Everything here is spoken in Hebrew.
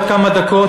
עוד כמה דקות,